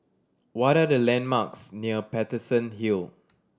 what are the landmarks near Paterson Hill